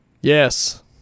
Yes